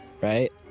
right